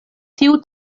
tiu